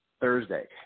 Thursday